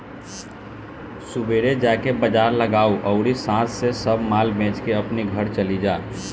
सुबेरे जाके बाजार लगावअ अउरी सांझी से सब माल बेच के अपनी घरे चली जा